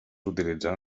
utilitzant